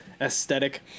aesthetic